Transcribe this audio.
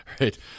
Right